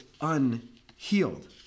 unhealed